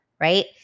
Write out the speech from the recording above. right